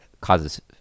causes